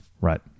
Right